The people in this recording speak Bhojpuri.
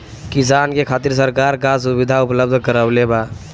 किसान के खातिर सरकार का सुविधा उपलब्ध करवले बा?